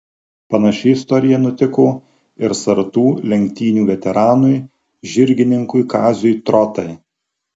panaši istorija nutiko ir sartų lenktynių veteranui žirgininkui kaziui trotai